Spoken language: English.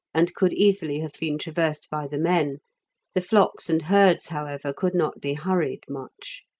and could easily have been traversed by the men the flocks and herds, however, could not be hurried much.